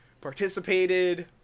participated